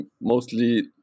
mostly